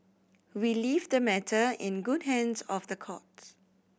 we leave the matter in good hands of the courts